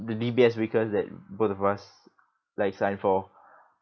the D_B_S vickers that both of us like sign for